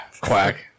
Quack